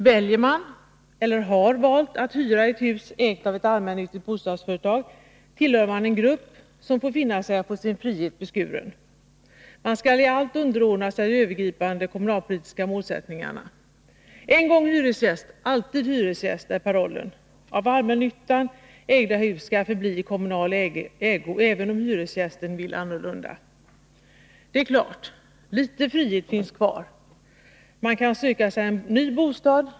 Väljer man, eller har man valt, att hyra i ett hus som ägs av ett allmännyttigt bostadsföretag, tillhör man en grupp som får finna sig i att få sin frihet beskuren. Man skall i allt underordna sig de övergripande kommunalpolitiska målsättningarna. En gång hyresgäst alltid hyresgäst, är parollen. Av allmännyttan ägda hus skall förbli i kommunal ägo, även om hyresgästen vill annorlunda. Men, det är klart, litet frihet finns kvar: Man kan söka sig en ny bostad.